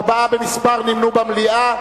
ארבע במספר נמנו במליאה.